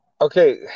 Okay